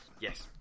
Yes